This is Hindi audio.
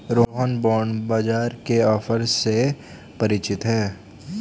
रोहन बॉण्ड बाजार के ऑफर से परिचित है